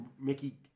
mickey